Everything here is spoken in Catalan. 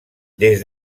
des